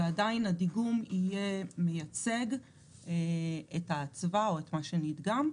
ועדיין הדיגום יהיה מייצג את הצבא או את מה שנדגם.